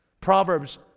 Proverbs